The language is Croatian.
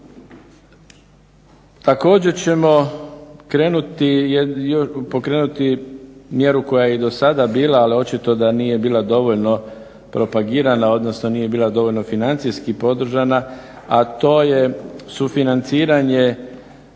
Također, ćemo krenuti, pokrenuti mjeru koja je i do sada bila, ali očito da nije bila dovoljno propagirana, odnosno nije bila dovoljno financijski podržana, a to je sufinanciranje